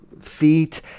feet